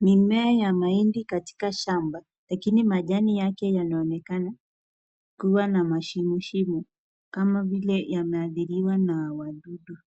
Mimea ya mahindi katika shamba lakini majani yake yanaonenkana kuwa na mashimoshimo kama vile yameathiriwa na wadudu